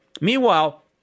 Meanwhile